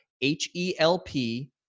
H-E-L-P